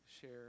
share